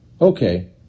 Okay